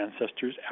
ancestors